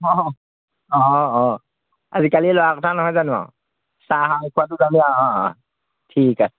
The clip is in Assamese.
অঁ অঁ অঁ অঁ অঁ আজিকালি ল'ৰা কথা নহয় জানো আৰু চাহ আৰু খোৱাতো জানেই আৰু অঁ অঁ ঠিক আছে